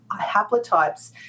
haplotypes